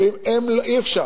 אומרים: אי-אפשר.